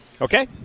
Okay